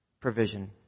provision